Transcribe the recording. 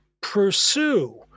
pursue